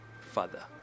father